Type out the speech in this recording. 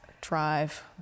Drive